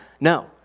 No